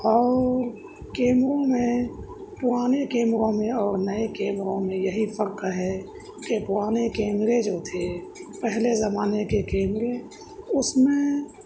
اور کیمروں میں پرانے کیمروں میں اور نئے کیمروں میں یہی فرق ہے کہ پرانے کیمرے جو تھے پہلے زمانے کے کیمرے اس میں